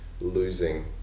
losing